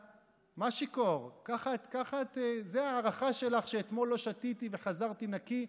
טוב, אני אגיד לאשתי שהחלקתי, נפלתי.